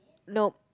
no